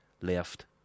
left